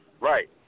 Right